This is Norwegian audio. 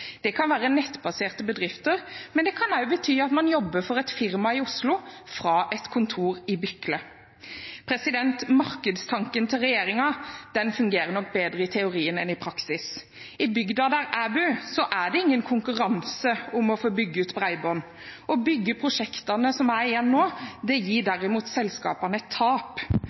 Det kan være nettbaserte bedrifter, men det kan også bety at man jobber for et firma i Oslo fra et kontor i Bykle. Markedstanken til regjeringen fungerer nok bedre i teorien enn i praksis. I bygda der jeg bor, er det ingen konkurranse om å få bygge ut bredbånd. Å bygge prosjektene som er igjen nå, gir derimot selskapene et tap.